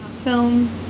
film